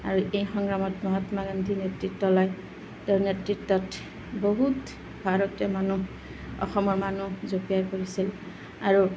আৰু এই সংগ্ৰামত মহাত্মা গান্ধী নেতৃত্ব লয় তেওঁৰ নেতৃত্বত বহুত ভাৰতীয় মানুহ অসমৰ মানুহ জপিয়াই পৰিছিল আৰু